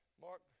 Mark